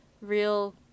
real